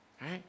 right